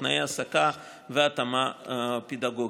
תנאי ההעסקה והתאמה פדגוגית.